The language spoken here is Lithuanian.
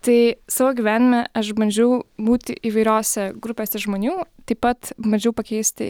tai savo gyvenime aš bandžiau būti įvairiose grupėse žmonių taip pat bandžiau pakeisti